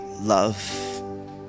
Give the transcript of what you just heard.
Love